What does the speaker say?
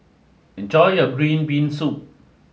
enjoy your Green Bean Soup